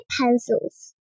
pencils